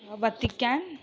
Vatican